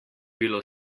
bilo